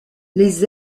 les